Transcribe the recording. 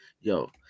yo